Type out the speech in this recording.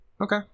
okay